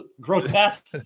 grotesque